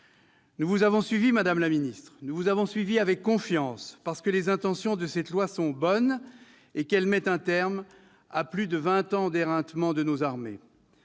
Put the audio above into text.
Nous vous avons suivie, madame la ministre, et avec confiance, parce que les intentions de cette loi sont bonnes et qu'elles mettent un terme à plus de vingt ans d'éreintement de nos armées.